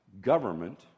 government